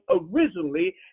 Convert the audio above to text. originally